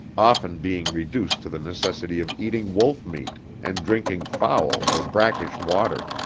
often being reduced to the necessity of eating wolf meat and drinking foul or brackish water.